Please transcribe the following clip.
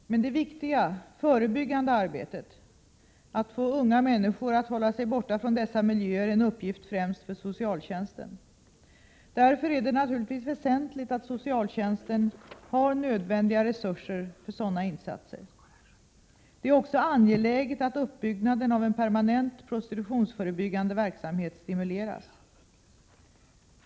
Men det viktiga förebyggande arbetet — att få unga människor att hålla sig borta från dessa miljöer — är en uppgift främst för socialtjänsten. Därför är det naturligtvis väsentligt att socialtjänsten har nödvändiga resurser för sådana insatser. Det är också angeläget att uppbyggnaden av en permanent prostitutionsförebyggande verksamhet stimuleras.